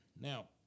Now